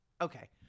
Okay